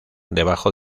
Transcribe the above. debajo